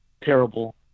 terrible